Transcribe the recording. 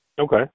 Okay